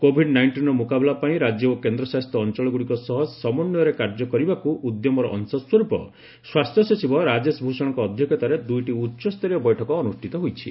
Covid ନାଇଷ୍ଟିନ୍ର ମୁକାବିଲା ପାଇଁ ରାଜ୍ୟ ଓ କେନ୍ଦ୍ର ଶାସିତ ଅଞ୍ଚଳଗୁଡ଼ିକ ସହ ସମନ୍ୱୟରେ କାର୍ଯ୍ୟ କରିବାକୁ ଉଦ୍ୟମର ଅଂଶସ୍ୱରୂପ ସ୍ୱାସ୍ଥ୍ୟ ସଚିବ ରାଜେଶ ଭୂଷଣଙ୍କ ଅଧ୍ୟକ୍ଷତାରେ ଦୁଇଟି ଉଚ୍ଚସ୍ତରୀୟ ବୈଠକ ଅନୁଷ୍ଠିତ ହୋଇଛି